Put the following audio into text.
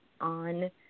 on